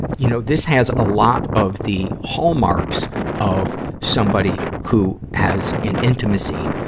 you know, this has a lot of the hallmarks of somebody who has an intimacy,